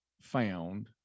found